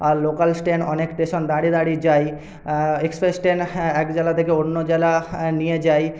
আর local station অনেক station দাঁড়িয়ে দাঁড়িয়ে যাই এক্সপ্রেস ট্রেন হ্যাঁ এক জেলা থেকে অন্য জেলা নিয়ে যাই